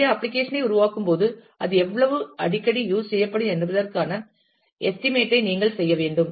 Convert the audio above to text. எனவே அப்ளிகேஷன் ஐ உருவாக்கும் போது அது எவ்வளவு அடிக்கடி யூஸ் செய்யப்படும் என்பதற்கான எஸ்டிமேட் ஐ நீங்கள் செய்ய வேண்டும்